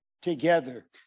together